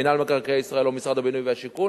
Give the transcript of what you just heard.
מינהל מקרקעי ישראל או משרד הבינוי והשיכון,